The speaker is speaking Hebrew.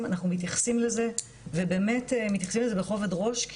אנחנו מתייחסים לזה ובאמת מתייחסים לזה בכובד ראש,